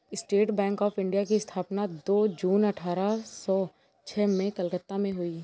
state bank of India की स्थापना दो जून अठारह सो छह में कलकत्ता में हुई